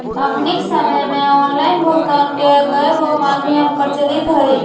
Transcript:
अखनिक समय में ऑनलाइन भुगतान के कयगो माध्यम प्रचलित हइ